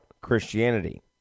Christianity